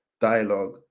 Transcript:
dialogue